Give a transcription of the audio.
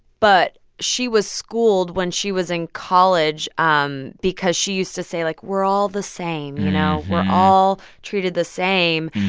but she was schooled when she was in college um because she used to say, like, we're all the same. you know, we're all treated the same.